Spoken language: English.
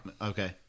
Okay